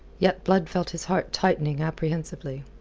yet blood felt his heart tightening apprehensively.